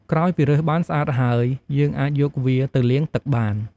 ក្រោយពីរើសបានស្អាតហើយ យើងអាចយកវាទៅលាងទឹកបាន។